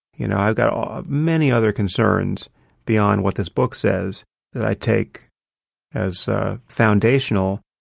you know i've got um many other concerns beyond what this book says that i take as ah foundational.